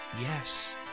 Yes